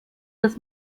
das